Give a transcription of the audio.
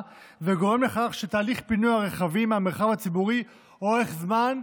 וגורם לכך שתהליך פינוי הרכבים מהמרחב הציבורי אורך זמן,